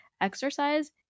exercise